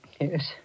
Yes